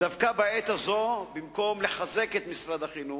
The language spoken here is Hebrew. ודווקא בעת הזאת, במקום לחזק את משרד החינוך,